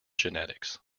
genetics